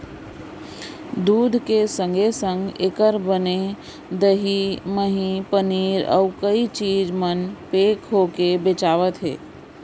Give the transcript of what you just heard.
दूद के संगे संग एकर ले बने दही, मही, पनीर, अउ कई चीज मन पेक होके बेचावत हें